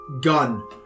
gun